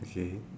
okay